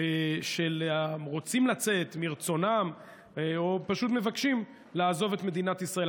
של הרוצים לצאת מרצונם או פשוט מבקשים לעזוב את מדינת ישראל,